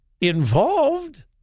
involved